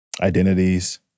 identities